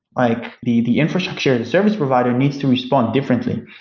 like the the infrastructure or the service provider needs to respond differently.